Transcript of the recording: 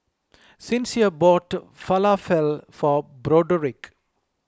Sincere bought Falafel for Broderick